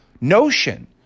notion